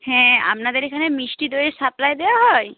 হ্যাঁ আপনাদের এখানে মিষ্টি দইয়ের সাপ্লাই দেওয়া হয়